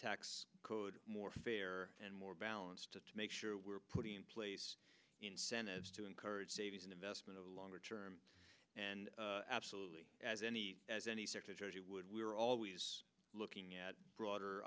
tax code more fair and more balanced to make sure we're putting in place incentives to encourage savings and investment a longer term and absolutely as any as any security would we are always looking at broader